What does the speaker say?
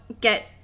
get